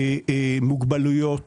מוגבלויות,